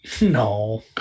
No